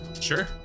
Sure